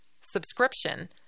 subscription